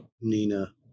Nina